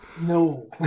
No